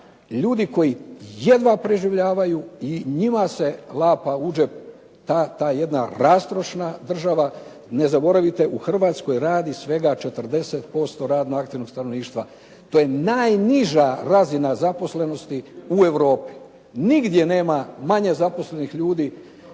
ljudi koji jedva preživljavaju i njima se …/Govornik se ne razumije./… u džep ta jedna rastrošna država. Ne zaboravite u Hrvatskoj radi svega 40% radno aktivnog stanovništva. To je najniža razina zaposlenosti u Europi. Nigdje nema manje zaposlenih ljudi.